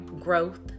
growth